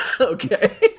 Okay